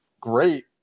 great